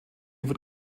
wird